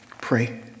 Pray